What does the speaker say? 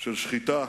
של שחיטה,